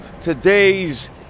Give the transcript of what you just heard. today's